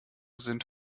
sind